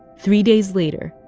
three days later,